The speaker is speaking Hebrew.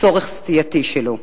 צורך סטייתי שלו.